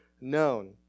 known